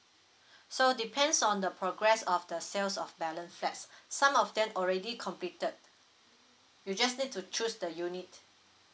so depends on the progress of the sales of balance flats some of them already completed you just need to choose the unit